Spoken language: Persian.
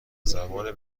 زمان